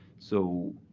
so